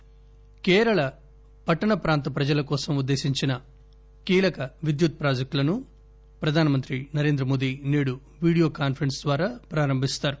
PM Kerala Kerala పట్టణ ప్రాంత ప్రజల కోసం ఉద్దేశించిన కీలక విద్యుత్ ప్రాజెక్టులను ప్రధానమంత్రి నరేంద్రమోడీ నేడు వీడియో కాన్సరెన్స్ ద్వారా ప్రారంభిస్తారు